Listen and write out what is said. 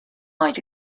might